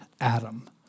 Adam